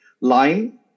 line